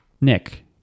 Nick